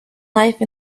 life